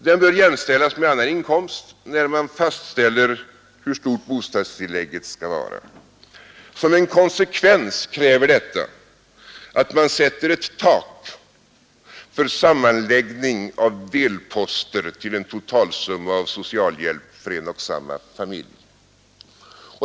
Den bör jämställas med annan inkomst ler hur stort bostadstillägget skall vara. Som en konsekvens krävs att man sätter ett tak för sammanläggningen av delposter till en totalsumma av socialhjälp för en och samma familj.